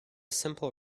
simple